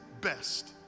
best